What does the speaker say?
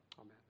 Amen